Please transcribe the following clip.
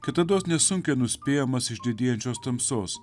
kitados nesunkiai nuspėjamas iš didėjančios tamsos